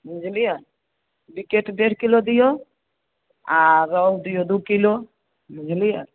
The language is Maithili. बुझलियै विकेट डेढ़ किलो दियौ आ रहु दियौ दू किलो बुझलियै